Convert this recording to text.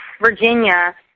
Virginia